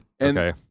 Okay